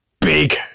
big